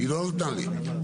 היא לא נתנה לי.